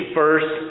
first